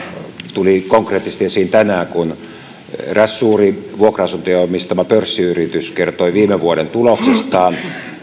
tuli konkreettisesti esiin tänään kun eräs suuri vuokra asuntoja omistava pörssiyritys kertoi viime vuoden tuloksestaan